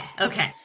Okay